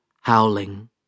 howling